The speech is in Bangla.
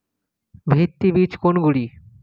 ভিত্তি বীজ কোনগুলি?